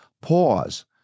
pause